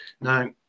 Now